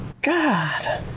god